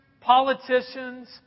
politicians